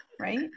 right